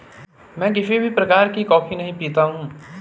मैं किसी भी प्रकार की कॉफी नहीं पीता हूँ